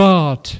God